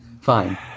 Fine